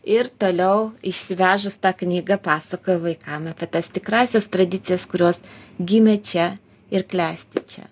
ir toliau išsivežus tą knygą pasakoja vaikam apie tas tikrąsias tradicijas kurios gimė čia ir klesti čia